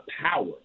power